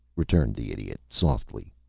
returned the idiot, softly.